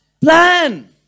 plan